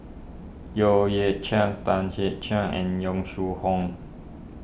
Yeo Yeah Chye Tan Hit Chye and Yong Shu Hoong